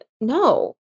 no